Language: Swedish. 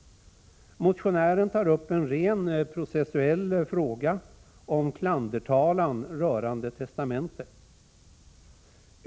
Motionären tar upp en rent processuell fråga om klandertalan rörande testamente.